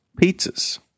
pizzas